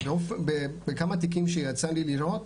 בכמה תיקים שיצא לי לראות